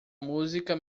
música